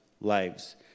lives